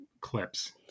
clips